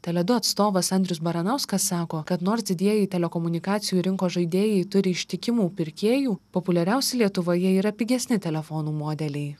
tele du atstovas andrius baranauskas sako kad nors didieji telekomunikacijų rinkos žaidėjai turi ištikimų pirkėjų populiariausi lietuvoje yra pigesni telefonų modeliai